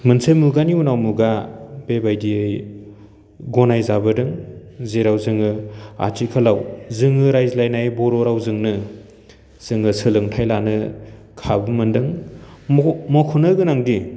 मोनसे मुगानि उनाव मुगा बेबायदियै गनाय जाबोदों जेराव जोङो आथिखालाव जोङो रायज्लायनाय बर' रावजोंनो जोङो सोलोंथाइ लानो खाबु मोन्दों म मख'नो गोनांदि